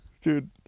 Dude